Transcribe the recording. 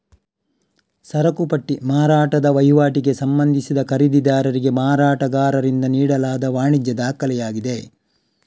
ಸರಕು ಪಟ್ಟಿ ಮಾರಾಟದ ವಹಿವಾಟಿಗೆ ಸಂಬಂಧಿಸಿದ ಖರೀದಿದಾರರಿಗೆ ಮಾರಾಟಗಾರರಿಂದ ನೀಡಲಾದ ವಾಣಿಜ್ಯ ದಾಖಲೆಯಾಗಿದೆ